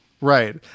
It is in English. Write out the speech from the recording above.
right